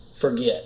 Forget